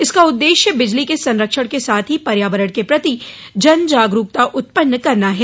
इसका उद्देश्य बिजली के संरक्षण के साथ ही पर्यावरण के प्रति जन जागरूकता उत्पन्न करना है